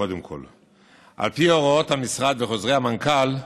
קודם כול, על פי הוראות המשרד וחוזרי המנכ"ל,